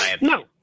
No